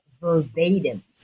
verbatim